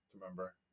Remember